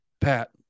Pat